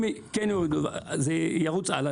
אם יורידו אז זה ירוץ הלאה.